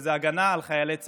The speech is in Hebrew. וזו ההגנה על חיילי צה"ל.